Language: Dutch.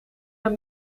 naar